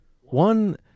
one